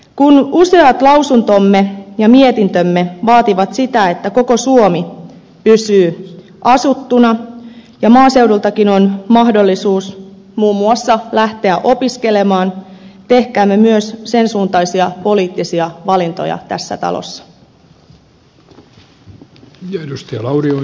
kun useat lausuntomme ja mietintömme vaativat sitä että koko suomi pysyy asuttuna ja maaseudultakin on mahdollisuus muun muassa lähteä opiskelemaan tehkäämme myös sen suuntaisia poliittisia valintoja tässä talossa